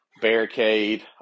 barricade